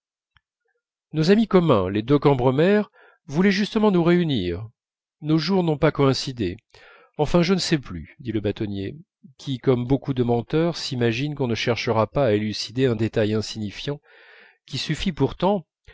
nos amis communs les de cambremer voulaient justement nous réunir nos jours n'ont pas coïncidé enfin je ne sais plus dit le bâtonnier qui comme beaucoup de menteurs s'imaginent qu'on ne cherchera pas à élucider un détail insignifiant qui suffit pourtant